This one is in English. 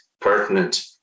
pertinent